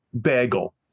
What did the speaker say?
Bagel